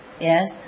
yes